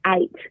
eight